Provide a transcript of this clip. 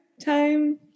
time